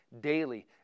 daily